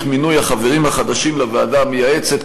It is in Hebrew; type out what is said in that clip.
מינוי החברים החדשים לוועדה המייעצת,